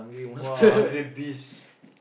!wah! hungry beast